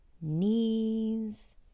knees